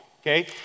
okay